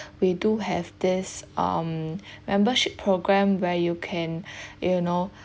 we do have this um membership program where you can you know